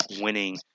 winning